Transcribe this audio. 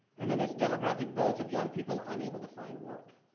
and then, this demographic bulge of young people unable to find work.